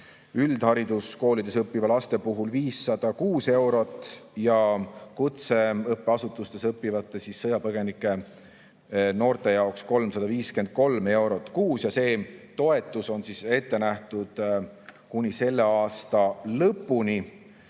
üldhariduskoolides õppivate laste puhul 506 eurot ja kutseõppeasutustes õppivate sõjapõgenikest noorte jaoks 353 eurot kuus. Toetus on ette nähtud selle aasta lõpuni.